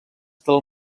del